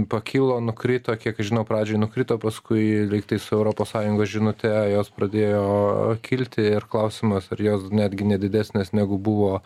pakilo nukrito kiek žinau pradžioj nukrito paskui lygtai su europos sąjunga žinute jos pradėjo kilti ir klausimas ar jos netgi ne didesnės negu buvo